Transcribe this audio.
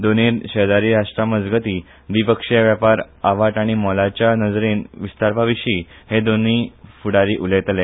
दोनूंय शेजारी राष्ट्रामजगती द्विपक्षिय व्यापार आवाट आनी मोलाच्या नजरेन विस्तारपाविशी हे दोनूंय फूडारी उलयले